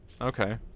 okay